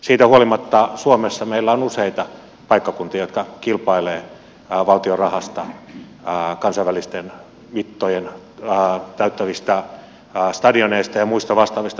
siitä huolimatta meillä suomessa on useita paikkakuntia jotka kilpailevat valtion rahasta kansainväliset mitat täyttävistä stadioneista ja vastaavista